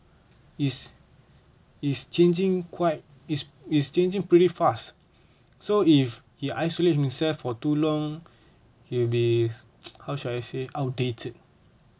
is is changing quite is is changing pretty fast so if he isolate himself for too long he will be how should I say outdated